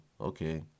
Okay